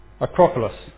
Acropolis